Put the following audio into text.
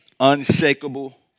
Unshakable